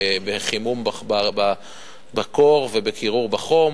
בחימום בקור ובקירור בחום.